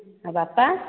ଆଉ ବାପା